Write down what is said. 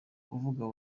kuvuga